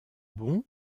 bon